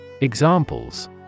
Examples